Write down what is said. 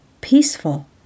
peaceful